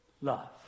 love